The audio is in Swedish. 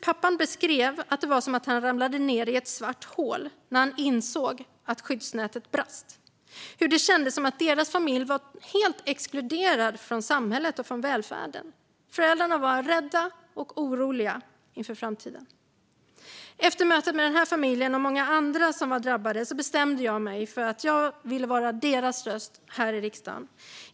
Pappan beskrev att det var som att han ramlade ned i ett svart hål när han insåg att skyddsnätet brast. Han beskrev hur det kändes som att deras familj var helt exkluderad från samhället och från välfärden. Föräldrarna var rädda och oroliga inför framtiden. Efter mötet med den här familjen och många andra som var drabbade bestämde jag mig för att vara deras röst här i riksdagen.